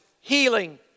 Healing